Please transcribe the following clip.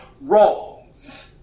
wrongs